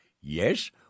Yes